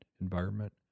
environment